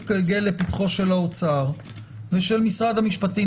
לגלגל לפתחו של האוצר ושל משרד המשפטים.